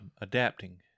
adapting